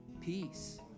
peace